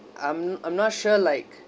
um I'm not sure like